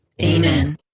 Amen